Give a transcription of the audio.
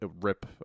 rip